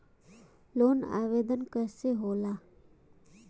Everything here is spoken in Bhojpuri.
लोन आवेदन कैसे होला?